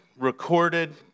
Recorded